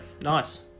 Nice